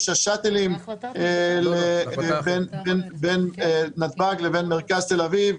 השאטלים בין נתב"ג לבין מרכז תל אביב,